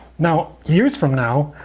now, years from now,